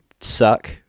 suck